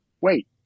wait